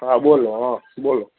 હાં બોલો હઁ હાં બોલો